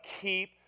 keep